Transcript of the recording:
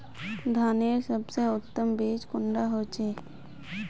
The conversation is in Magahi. धानेर सबसे उत्तम बीज कुंडा होचए?